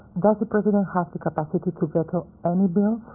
does the president have the capacity to veto any bill,